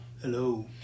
Hello